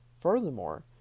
Furthermore